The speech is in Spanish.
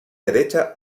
derecha